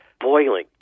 boiling